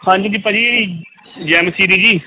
ਹਾਂਜੀ ਜੀ ਭਾਅ ਜੀ ਜੈਐਮ ਸੀ ਦੀ ਜੀ